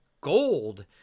gold